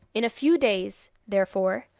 in a few days, therefore,